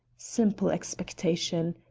simple expectation.